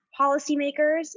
policymakers